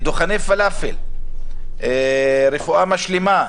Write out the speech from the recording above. דוכני פלאפל, רפואה משלימה.